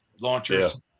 launchers